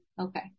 okay